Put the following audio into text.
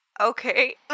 Okay